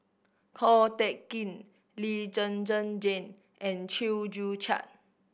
Ko Teck Kin Lee Zhen Zhen Jane and Chew Joo Chiat